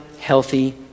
healthy